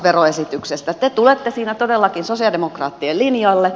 te tulette siinä todellakin sosialidemokraattien linjalle